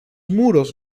muros